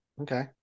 Okay